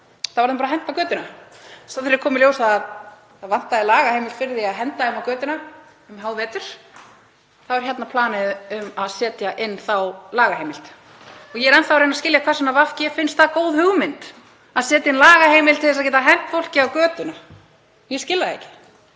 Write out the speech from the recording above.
Þá var þeim bara hent á götuna. Svo þegar kom í ljós að það vantaði lagaheimild fyrir því að henda þeim á götuna um hávetur þá er planið er setja hér inn þá lagaheimild. Ég er enn að reyna að skilja hvers vegna VG finnst það góð hugmynd að setja inn lagaheimild til þess að geta hent fólki á götuna. Ég skil það ekki.